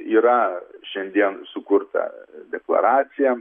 yra šiandien sukurta deklaracija